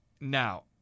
Now